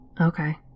Okay